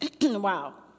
Wow